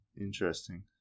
Interesting